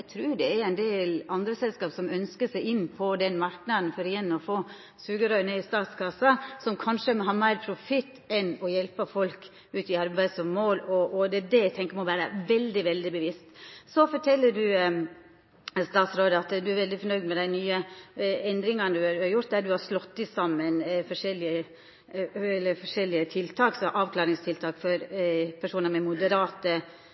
eg trur det er ein del andre selskap som ønskjer seg inn på den marknaden for igjen å få eit sugerør ned i statskassa, som kanskje meir har profitt som mål enn å hjelpa folk ut i arbeid. Det er det eg tenkjer at ein må vera veldig, veldig bevisst på. Så fortel statsråden at han er veldig nøgd med dei nye endringane han har gjort, der han har slått saman forskjellige tiltak, som bl.a. avklaringstiltak for personar med moderate